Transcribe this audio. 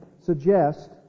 suggest